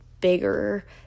bigger